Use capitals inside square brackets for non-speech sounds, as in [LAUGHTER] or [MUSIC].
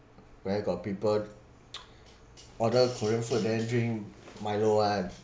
where got people [NOISE] order korean food then drink milo [one]